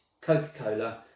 coca-cola